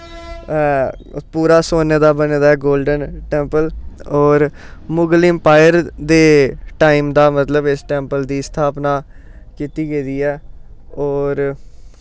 ऐ पूरा सोने दा बने दा ऐ गोल्डन टैंपल होर मुगल इम्पायर दे टैम दा मतलब इस टैंपल दी स्थापना कीती गेदी ऐ होर